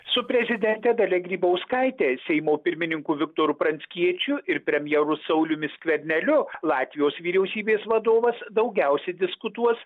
su prezidente dalia grybauskaite seimo pirmininku viktoru pranckiečiu ir premjeru sauliumi skverneliu latvijos vyriausybės vadovas daugiausiai diskutuos